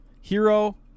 hero